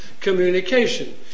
communication